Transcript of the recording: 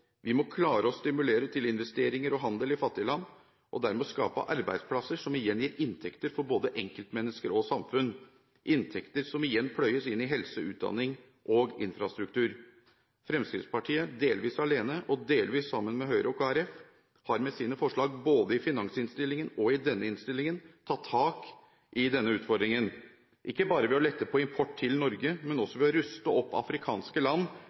Vi må klare å stimulere til investeringer og handel i fattige land og dermed skape arbeidsplasser som igjen gir inntekter for både enkeltmennesker og samfunn – inntekter som igjen pløyes inn i helse, utdanning og infrastruktur. Fremskrittspartiet – delvis alene, og delvis sammen med Høyre og Kristelig Folkeparti – har med sine forslag i både finansinnstillingen og denne innstillingen tatt tak i denne utfordringen, ikke bare ved å lette på import til Norge, men også ved å ruste opp afrikanske land